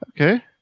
Okay